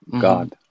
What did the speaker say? God